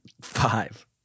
Five